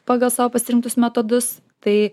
pagal savo pasirinktus metodus tai